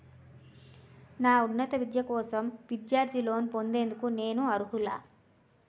నా ఉన్నత విద్య కోసం విద్యార్థి లోన్ పొందేందుకు నేను అర్హులా?